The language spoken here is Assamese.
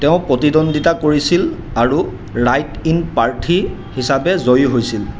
তেওঁ প্ৰতিদ্বন্দ্বিতা কৰিছিল আৰু ৰাইট ইন প্ৰাৰ্থী হিচাপে জয়ী হৈছিল